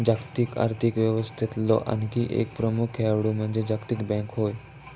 जागतिक आर्थिक व्यवस्थेतलो आणखी एक प्रमुख खेळाडू म्हणजे जागतिक बँक होय